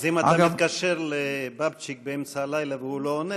אז אם אתה מתקשר לבבצ'יק באמצע הלילה והוא לא עונה,